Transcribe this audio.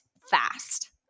fast